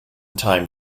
time